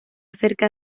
cerca